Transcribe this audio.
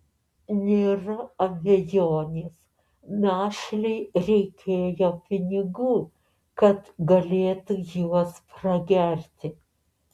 nėra abejonės našliui reikėjo pinigų kad galėtų juos pragerti